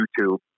YouTube